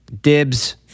Dibs